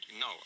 No